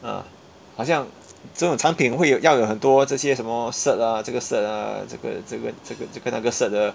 ah 好像这种产品会有要有很多这些什么 cert ah 这个 cert ah 这个这个这个这个那个 cert 的